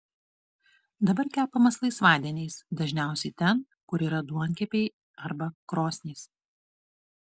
dabar kepamas laisvadieniais dažniausiai ten kur yra duonkepiai arba krosnys